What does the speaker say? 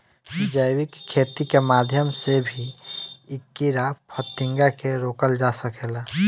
जैविक खेती के माध्यम से भी इ कीड़ा फतिंगा के रोकल जा सकेला